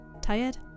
tired